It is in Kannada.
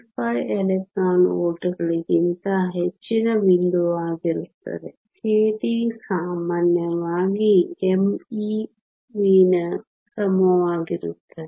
5 ಎಲೆಕ್ಟ್ರಾನ್ ವೋಲ್ಟ್ಗಳಿಗಿಂತ ಹೆಚ್ಚಿನ ಬಿಂದುವಾಗಿರುತ್ತದೆ kT ಸಾಮಾನ್ಯವಾಗಿ mev ನ ಕ್ರಮವಾಗಿರುತ್ತದೆ